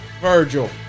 Virgil